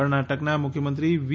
કર્ણાટકના મુખ્યમંત્રી વી